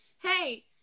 Hey